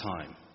time